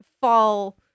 fall